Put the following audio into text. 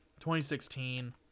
2016